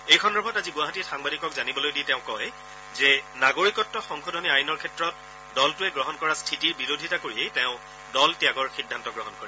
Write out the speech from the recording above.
এই সন্দৰ্ভত আজি গুৱাহাটীত সাংবাদিকক জানিবলৈ দি তেওঁ কয় যে নাগৰিকত্ব সংশোধনী আইনৰ ক্ষেত্ৰত দলটোৱে গ্ৰহণ কৰা স্থিতিৰ বিৰোধিতা কৰিয়েই তেওঁ দল ত্যাগৰ সিদ্ধান্ত গ্ৰহণ কৰে